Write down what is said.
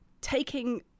taking